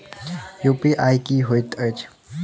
UPI की होइत अछि